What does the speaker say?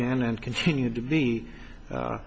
been and continue to be